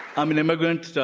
i'm an immigrant,